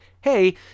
hey